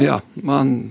jo man